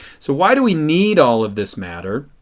so why do we need all of this matter?